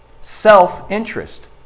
Self-interest